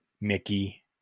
Mickey